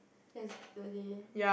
yesterday